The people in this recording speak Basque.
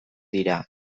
dira